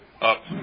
up